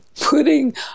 putting